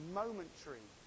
momentary